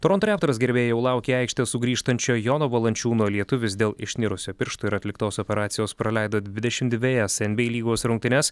toronto raptors gerbėjai jau laukia į aikštę sugrįžtančio jono valančiūno lietuvis dėl išnirusio piršto ir atliktos operacijos praleido dvidešim dvejas nba lygos rungtynes